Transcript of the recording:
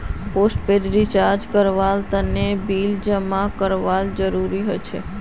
postpaid recharge करवार तने bill जमा करवार जरूरत हछेक